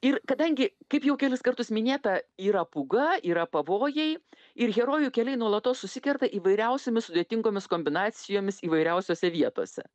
ir kadangi kaip jau kelis kartus minėta yra pūga yra pavojai ir herojų keliai nuolatos susikerta įvairiausiomis sudėtingomis kombinacijomis įvairiausiose vietose